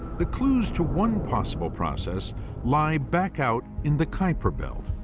the clues to one possible process lie back out in the kuiper belt,